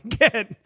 again